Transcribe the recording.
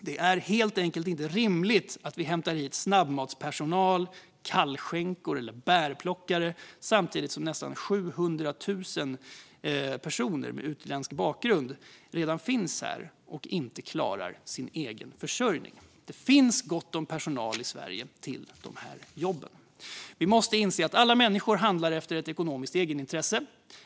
Det är helt enkelt inte rimligt att vi hämtar hit snabbmatspersonal, kallskänkor eller bärplockare samtidigt som nästan 700 000 personer med utländsk bakgrund redan finns här och inte klarar sin egen försörjning. Det finns gott om personal till de här jobben i Sverige. Vi måste inse att alla människor handlar efter ett ekonomiskt egenintresse.